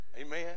amen